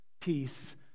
peace